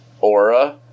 aura